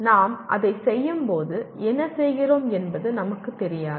நாம் அதைச் செய்யும்போது என்ன செய்கிறோம் என்பது நமக்கு தெரியாது